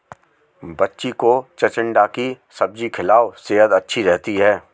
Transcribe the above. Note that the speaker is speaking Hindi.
बच्ची को चिचिण्डा की सब्जी खिलाओ, सेहद अच्छी रहती है